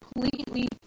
completely